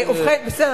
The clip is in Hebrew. בסדר,